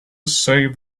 save